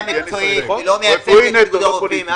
הוא לא מייצג את איגוד הרופאים.